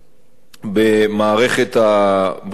במערכת הבריאות שלה,